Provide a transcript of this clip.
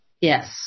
Yes